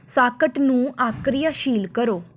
socket ਨੂੰ ਅਕਿਰਿਆਸ਼ੀਲ ਕਰੋ